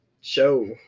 show